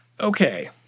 Okay